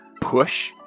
push